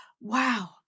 Wow